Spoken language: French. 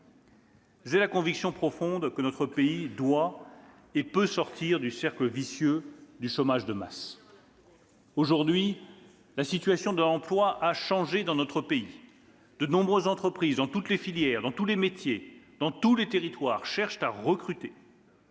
J'ai la conviction profonde que notre pays doit et peut sortir du cercle vicieux du chômage de masse. « Aujourd'hui, la situation de l'emploi a changé dans notre pays. De nombreuses entreprises, dans toutes les filières, dans tous les métiers et dans tous les territoires cherchent à recruter.